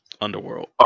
Underworld